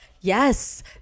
Yes